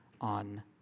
on